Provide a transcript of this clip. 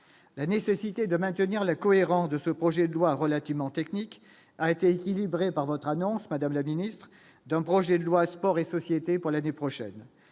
la nécessité de maintenir la cohérence de ce projet de loi relativement technique a été équilibré par votre annonce Madame la Ministre, d'un projet de loi, Sport et société pour l'année prochaine